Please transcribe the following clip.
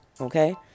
okay